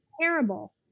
Terrible